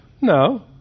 No